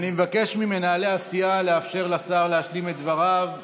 אני מבקש ממנהלי הסיעה לאפשר לשר להשלים את דבריו.